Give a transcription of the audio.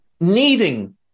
needing